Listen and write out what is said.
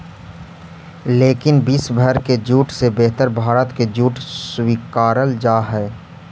लेकिन विश्व भर के जूट से बेहतर भारत के जूट स्वीकारल जा हइ